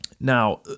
Now